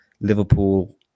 Liverpool